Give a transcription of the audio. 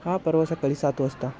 हा परवा चा कधी सात वाजता